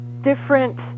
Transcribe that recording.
different